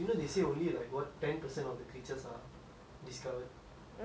there's still like so many types